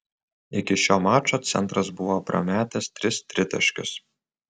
iki šio mačo centras buvo prametęs tris tritaškius